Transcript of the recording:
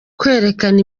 kwerekana